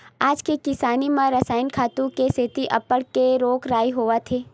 आज के किसानी म रसायनिक खातू के सेती अब्बड़ के रोग राई होवत हे